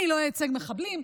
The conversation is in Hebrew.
אני לא אייצג מחבלים.